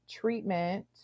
treatment